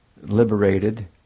liberated